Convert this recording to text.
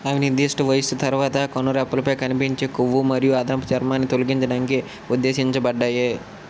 అవి నిర్దిష్ట వయస్సు తర్వాత కనురెప్పలపై కనిపించే కొవ్వు మరియు అదనపు చర్మాన్ని తొలగించడానికి ఉద్దేశించబడ్డాయి